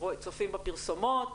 צופים בפרסומות,